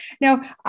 now